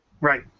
Right